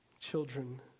Children